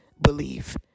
believe